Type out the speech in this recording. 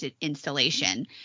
installation